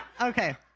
Okay